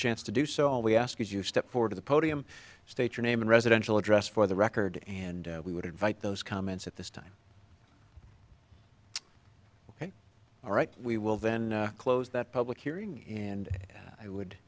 chance to do so all we ask is you step forward to the podium state your name and residential address for the record and we would invite those comments at this time ok all right we will then close that public hearing and i would